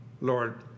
Lord